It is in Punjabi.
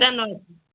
ਧੰਨਵਾਦ